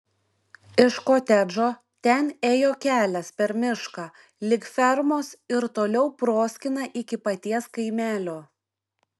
iš kotedžo ten ėjo kelias per mišką lig fermos ir toliau proskyna iki paties kaimelio